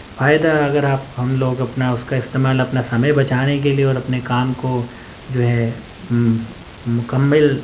فائدہ اگرآپ ہم لوگ اپنا اس کا استعمال اپنا سمے بچانے کے لیے اور اپنے کام کو جو ہے مکمل